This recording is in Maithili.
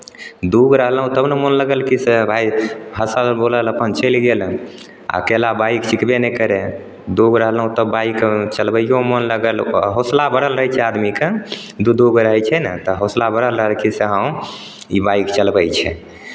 दू गो रहलहुँ तब ने मोन लागल की से भाय हँसल बोलल अपन चलि गयलनि आ अकेला बाइक सिखबे नहि करैत हए दू गो रहलहुँ तब बाइक चलबैओमे मोन लगल आ हौसला बढ़ल रहै छै आदमीके दू दू गो रहै छै ने तऽ हौसला बढ़ल रहल की से हँ ई बाइक चलबै छै